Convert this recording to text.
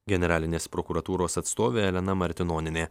generalinės prokuratūros atstovė elena martinonienė